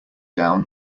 down